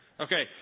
Okay